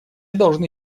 должны